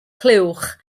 clywch